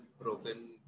broken